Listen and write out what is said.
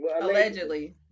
allegedly